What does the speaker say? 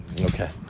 Okay